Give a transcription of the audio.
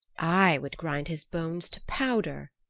i would grind his bones to powder,